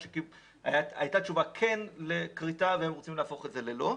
שקיבלו תשובה חיובית לכריתה והם רוצים להפוך אותה לשלילית.